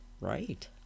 right